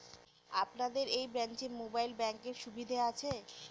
আপনাদের এই ব্রাঞ্চে মোবাইল ব্যাংকের সুবিধে আছে?